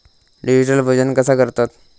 Digital वजन कसा करतत?